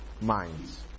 minds